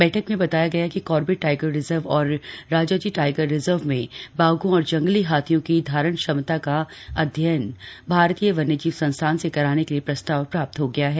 बैठक में बताया गया कि कार्बेट टाइगर रिजर्व और राजाजी टाइगर रिजर्व में बाघों और जंगली हाथियों की धारण क्षमता का अध्ययन भारतीय वन्यजीव संस्थान से कराने के लिए प्रस्ताव प्राप्त हो गया है